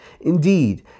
Indeed